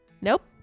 Nope